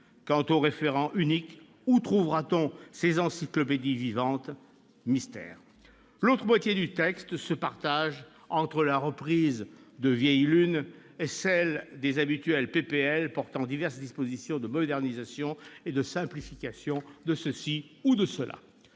Quant au référent unique, où trouvera-t-on ces encyclopédies vivantes ? Mystère ! L'autre moitié du texte se partage entre la reprise de vieilles lunes et celle des habituelles propositions de loi portant diverses dispositions de modernisation et de simplification de ceci ou de cela.